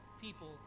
people